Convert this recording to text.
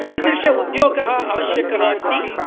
कीदृशः उद्योगः आवश्यकः अस्ति